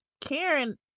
Karen